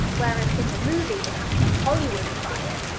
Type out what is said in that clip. whereas in the movie they have to hollywoodify it,